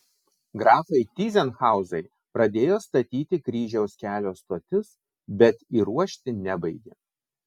grafai tyzenhauzai pradėjo statyti kryžiaus kelio stotis bet įruošti nebaigė